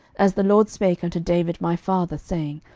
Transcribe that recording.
as the lord spake unto david my father, saying,